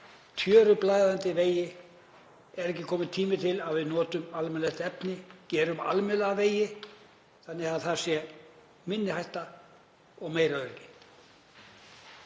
tjörublæðandi vegi? Er ekki kominn tími til að við notum almennilegt efni, gerum almennilega vegi þannig að það sé minni hætta og meira öryggi?